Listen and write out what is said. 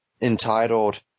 entitled